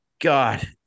God